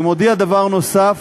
אני מודיע דבר נוסף,